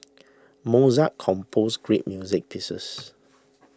Mozart composed great music pieces